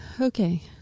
Okay